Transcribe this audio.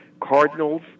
Cardinals